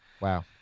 Wow